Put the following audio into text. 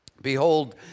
Behold